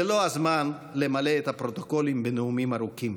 זה לא הזמן למלא את הפרוטוקולים בנאומים ארוכים.